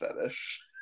fetish